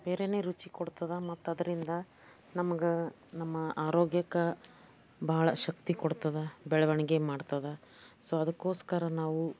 ಬೇರೆಯೇ ರುಚಿ ಕೊಡ್ತದೆ ಮತ್ತು ಅದರಿಂದ ನಮಗೆ ನಮ್ಮ ಆರೋಗ್ಯಕ್ಕೆ ಭಾಳ ಶಕ್ತಿ ಕೊಡ್ತದೆ ಬೆಳವಣಿಗೆ ಮಾಡ್ತದೆ ಸೊ ಅದಕ್ಕೋಸ್ಕರ ನಾವು